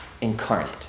incarnate